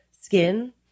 skin